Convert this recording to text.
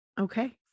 Okay